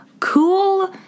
Cool